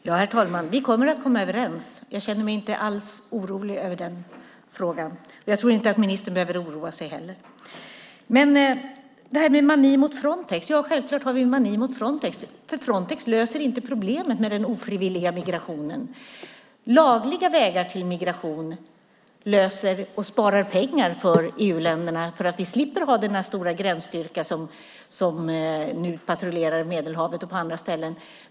Herr talman! Vi kommer att komma överens. Jag känner mig inte alls orolig över den frågan, och jag tror inte att ministern behöver oroa sig heller. En mani mot Frontex - självklart har vi en mani mot Frontex, för Frontex löser inte problemen med den ofrivilliga migrationen. Lagliga vägar till migration är en lösning och sparar pengar åt EU-länderna därför att vi slipper ha denna stora gränsstyrka som nu patrullerar i Medelhavet och på andra ställen.